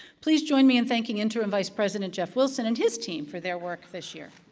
please join me in thanking interim vice president jeff wilson and his team for their work this year.